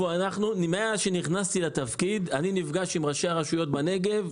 מאז שנכנסתי לתפקיד אני נפגש עם ראשי הרשויות בנגב.